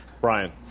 Brian